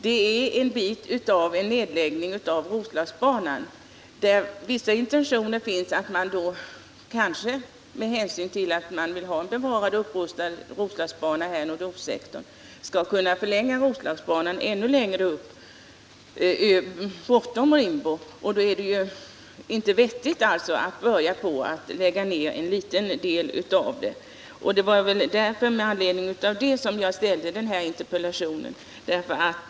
Det finns vissa intentioner om en förlängning av Rosl anan bortom Rimbo, och då är det ju inte vettigt att börja lägga ner trafiken på en del av den nuvarande sträckningen.